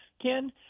Ken